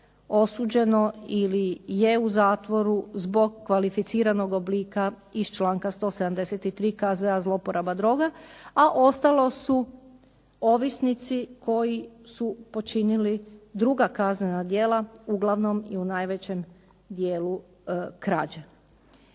osuđeno ili je u zatvoru zbog kvalificiranog oblika iz članka 173. kaznena zloporaba droga, a ostalo su ovisnici koji su počinili druga kaznena djela, uglavnom i u najvećem dijelu krađe.